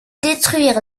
détruire